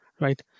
right